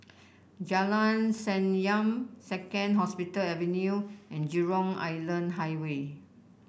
Jalan Senyum Second Hospital Avenue and Jurong Island Highway